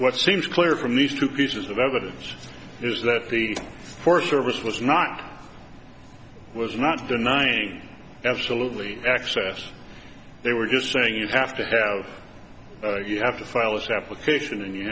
what seems clear from these two pieces of evidence is that the forest service was not was not denying absolutely access they were just saying you have to have you have to file this application and you